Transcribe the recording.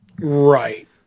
Right